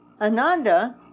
Ananda